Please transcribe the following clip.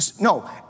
No